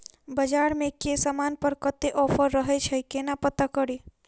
बजार मे केँ समान पर कत्ते ऑफर रहय छै केना पत्ता कड़ी?